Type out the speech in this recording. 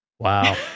Wow